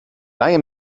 leihe